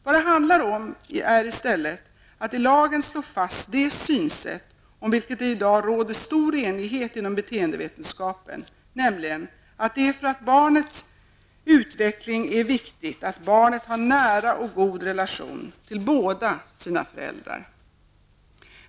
Vad det handlar om är i stället att i lagen slå fast det synsättet, om vilket det i dag råder stor enighet inom beteendevetenskapen, att det för ett barns utveckling är viktigt att barnet har nära och goda relationer till båda föräldrarna.